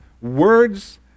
words